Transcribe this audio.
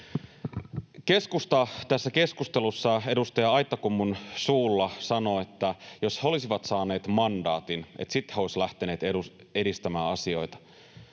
Keskusta tässä keskustelussa edustaja Aittakummun suulla sanoo, että jos he olisivat saaneet mandaatin, he olisivat lähteneet edistämään asioita.